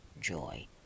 joy